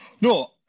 No